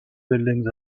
buildings